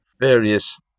various